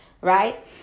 Right